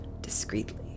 discreetly